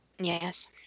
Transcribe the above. Yes